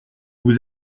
vous